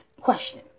Question